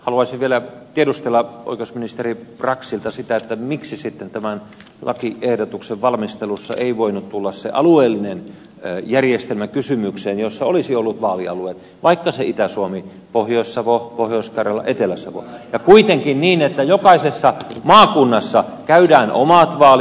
haluaisin vielä tiedustella oikeusministeri braxilta sitä miksi sitten tämän lakiehdotuksen valmistelussa ei voinut tulla se alueellinen järjestelmä kysymykseen jossa olisi ollut vaalialueet vaikka se itä suomi pohjois savo pohjois karjala etelä savo ja kuitenkin niin että jokaisessa maakunnassa käydään omat vaalit